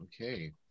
Okay